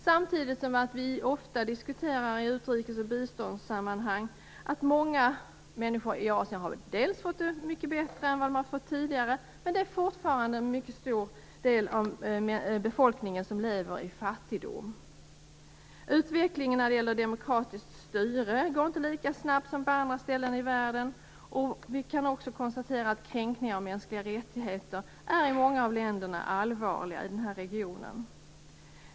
Samtidigt diskuterar vi ofta i utrikes och biståndssammanhang att många människor i Asien har fått det mycket bättre än tidigare. Men fortfarande är det en mycket stor del av befolkningen som lever i fattigdom. Utvecklingen när det gäller demokratiskt styre går inte lika snabbt som på andra ställen i världen. Vi kan också konstatera att kränkningarna av mänskliga rättigheter i många av länderna i denna region är allvarliga.